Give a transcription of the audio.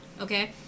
okay